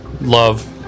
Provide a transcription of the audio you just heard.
Love